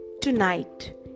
tonight